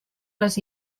les